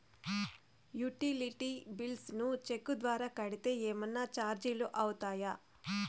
Utility bills ను cheque ద్వారా కట్టితే ఏమన్నా చార్జీలు అవుతాయా?